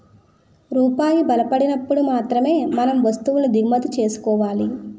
రూపాయి బలపడినప్పుడు మాత్రమే మనం వస్తువులను దిగుమతి చేసుకోవాలి